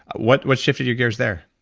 what what shifted your gears there?